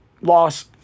loss